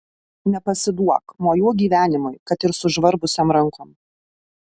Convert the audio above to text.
nepasiduok mojuok gyvenimui kad ir sužvarbusiom rankom